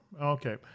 Okay